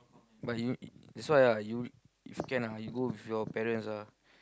but you that's why ah you if you can ah you go with your parents ah